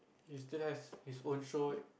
he still has his own show